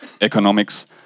economics